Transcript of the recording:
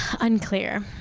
unclear